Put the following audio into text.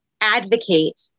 advocate